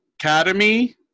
Academy